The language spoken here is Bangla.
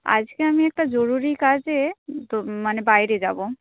আজকে আমি একটা জরুরি কাজে মানে বাইরে যাব